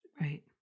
right